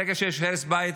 ברגע שיש הרס בית,